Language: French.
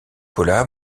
paula